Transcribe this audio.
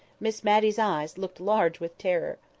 miss matty's eyes looked large with terror.